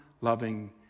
loving